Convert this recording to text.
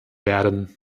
werden